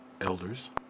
elders